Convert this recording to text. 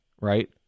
right